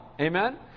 Amen